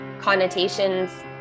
connotations